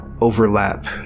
overlap